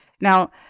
Now